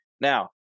Now